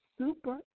super